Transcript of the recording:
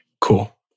Cool